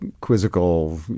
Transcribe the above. quizzical